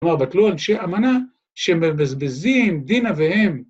כלומר בטלו אנשי אמנה שמבזבזים דין אביהם.